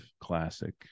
classic